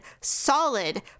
solid